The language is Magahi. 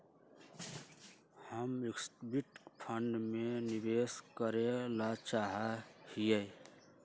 हम इक्विटी फंड में निवेश करे ला चाहा हीयी